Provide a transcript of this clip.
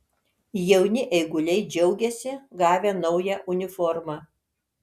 jauni eiguliai džiaugiasi gavę naują uniformą